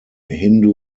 hindu